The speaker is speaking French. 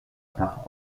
par